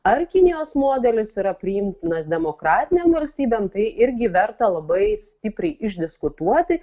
ar kinijos modelis yra priimtinas demokratinėm valstybėm tai irgi verta labai stipriai išdiskutuoti